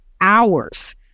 hours